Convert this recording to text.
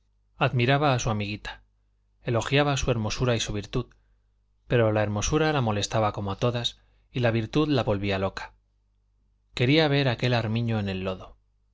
admiraba a su amiguita elogiaba su hermosura y su virtud pero la hermosura la molestaba como a todas y la virtud la volvía loca quería ver aquel armiño en el lodo